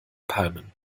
palmen